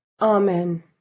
Amen